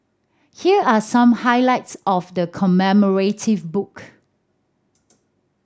here are some highlights of the commemorative book